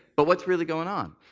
but what's really going on?